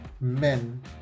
men